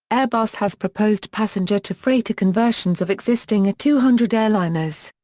airbus has proposed passenger-to-freighter conversions of existing two hundred airliners.